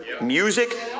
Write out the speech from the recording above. Music